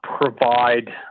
provide